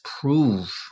prove